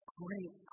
great